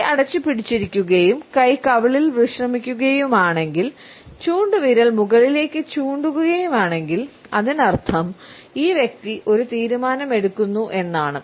കൈ അടച്ച് പിടിച്ചിരിക്കുകയും കൈ കവിളിൽ വിശ്രമിക്കുകയാണെങ്കിൽ ചൂണ്ടുവിരൽ മുകളിലേക്ക് ചൂണ്ടുക്കുകയാണെങ്കിൽ അതിനർത്ഥം ഈ വ്യക്തി ഒരു തീരുമാനമെടുക്കുന്നു എന്നാണ്